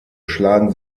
schlagen